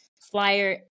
flyer